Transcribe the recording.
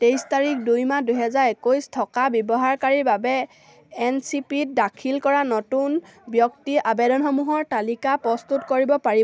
তেইছ তৰিখ দুই মাহ দুহেজাৰ একৈশ থকা ব্যৱহাৰকাৰীৰ বাবে এন চি পি ত দাখিল কৰা নতুন বৃত্তি আবেদনসমূহৰ তালিকা প্ৰস্তুত কৰিব পাৰিব